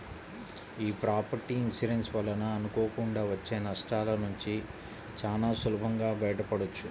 యీ property insurance వలన అనుకోకుండా వచ్చే నష్టాలనుంచి చానా సులభంగా బయటపడొచ్చు